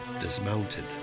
dismounted